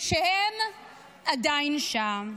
שהם עדיין שם?